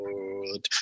Lord